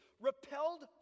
repelled